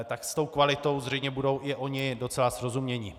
Tak s tou kvalitou zřejmě budou i oni docela srozuměni.